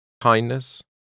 kindness